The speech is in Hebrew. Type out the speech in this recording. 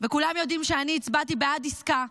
כולם יודעים שאני הצבעתי בעד עסקה.